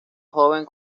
joven